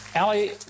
Allie